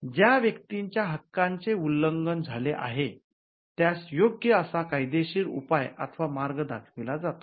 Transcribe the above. ज्या व्यक्तीच्या हक्काचे उल्लंघन झाले आहे त्यास योग्य असा कायदेशीर उपाय अथवा मार्ग दाखविला जातो